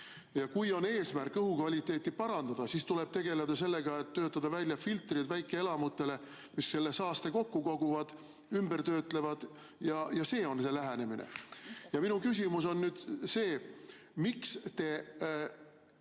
Ja kui on eesmärk õhukvaliteeti parandada, siis tuleb tegeleda sellega, et töötada välja väikeelamutele filtrid, mis selle saaste kokku koguvad ja ümber töötlevad – see on see lähenemine. Ja minu küsimus on see: miks te